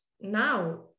now